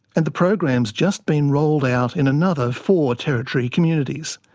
and the program's just been rolled out in another four territory communities.